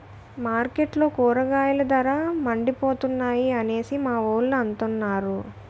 మార్కెట్లో కూరగాయల ధరలు మండిపోతున్నాయి అనేసి మావోలు అంతన్నారు